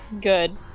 Good